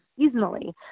seasonally